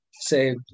say